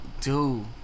dude